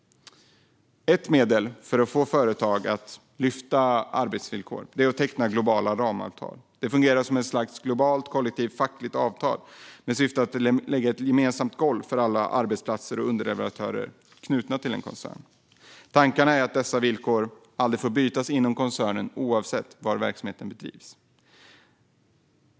Ett medel för att få företag att lyfta fram arbetsvillkor är att teckna globala ramavtal. De fungerar som ett slags globala, kollektiva fackliga avtal med syfte att lägga ett gemensamt golv för alla arbetsplatser och underleverantörer som är knutna till en koncern. Tanken är att dessa villkor aldrig får brytas inom koncernen, oavsett var verksamheten bedrivs.